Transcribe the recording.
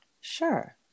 Sure